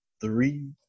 three